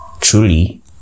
truly